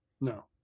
No